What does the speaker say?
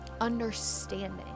Understanding